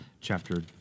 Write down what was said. Chapter